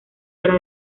fuera